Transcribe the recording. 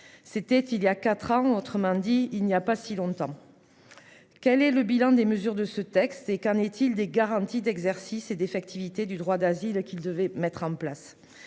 C'était il y a 4 ans, autrement dit il n'y a pas si longtemps. Quel est le bilan des mesures de ce texte et qu'en est-il des garanties d'exercices et d'effectivité du droit d'asile qui devait mettre en place.